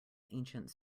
ancient